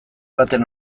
baten